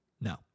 No